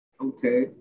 okay